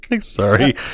sorry